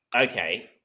okay